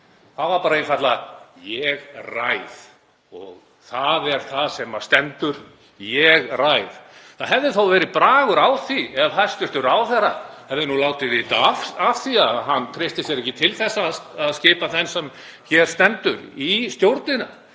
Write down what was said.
Það var bara einfaldlega: Ég ræð og það er það sem stendur. Ég ræð. Það hefði þá verið bragur á því ef hæstv. ráðherra hefði látið vita af því að hann treysti sér ekki til að skipa þann sem hér stendur í stjórnina